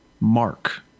Mark